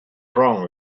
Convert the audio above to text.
wrong